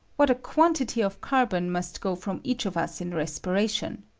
what a quantity of carbon must go from each of us in respiration!